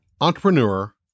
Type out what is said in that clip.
entrepreneur